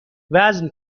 وزن